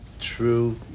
true